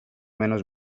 menos